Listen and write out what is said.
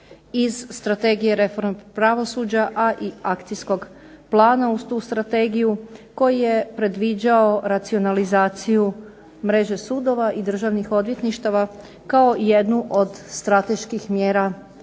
iz strategije reforme pravosuđa i akcijskog plana uz tu strategiju koji je predviđao racionalizaciju mreže sudova i Državnih odvjetništava kao jednu od strateških mjera